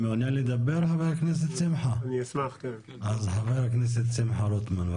אתה מעוניין לדבר, חבר הכנסת שמחה רוטמן?